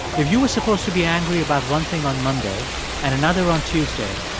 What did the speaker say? if you were supposed to be angry about one thing on monday and another on tuesday,